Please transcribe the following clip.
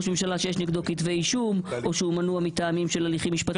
ממשלה שיש נגדו כתבי אישום או שהוא מנוע מטעמים של הליכים משפטיים.